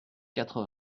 quatre